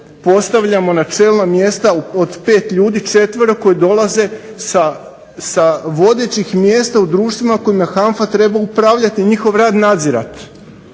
postavljamo na čelna mjesta od 5 ljudi 4. koji dolaze sa vodećih mjesta u društvima u kojima HANFA treba upravljati njihov rad nadzirati.